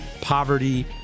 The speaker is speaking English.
poverty